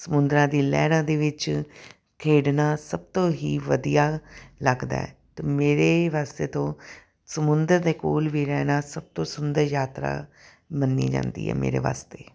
ਸਮੁੰਦਰਾਂ ਦੀ ਲਹਿਰਾਂ ਦੇ ਵਿੱਚ ਖੇਡਣਾ ਸਭ ਤੋਂ ਹੀ ਵਧੀਆ ਲੱਗਦਾ ਅਤੇ ਮੇਰੇ ਵਾਸਤੇ ਤੋਂ ਸਮੁੰਦਰ ਦੇ ਕੋਲ ਵੀ ਰਹਿਣਾ ਸਭ ਤੋਂ ਸੁੰਦਰ ਯਾਤਰਾ ਮੰਨੀ ਜਾਂਦੀ ਹੈ ਮੇਰੇ ਵਾਸਤੇ